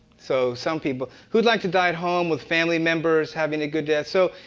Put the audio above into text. so some people. who'd like to die at home with family members, having a good death? so,